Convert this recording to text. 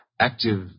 active